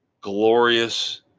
glorious